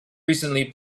recently